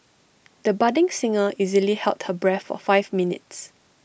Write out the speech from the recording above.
the budding singer easily held her breath for five minutes